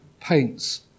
paints